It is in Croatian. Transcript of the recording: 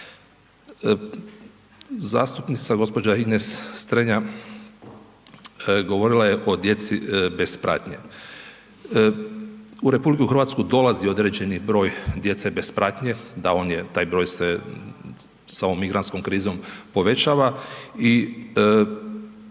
Zastupnica gospođa Ines Strenja govorila je o djeci bez pratnje. U RH dolazi određeni broj djece bez pratnje, da, taj broj se s ovom migrantskom krizom povećava i sva